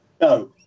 No